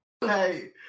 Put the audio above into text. Hey